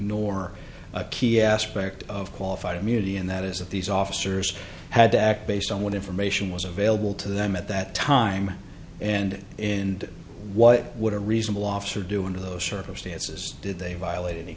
nor a key aspect of qualified immunity and that is that these officers had to act based on what information was available to them at that time and in what would a reasonable officer do under those circumstances did they violated a